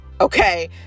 Okay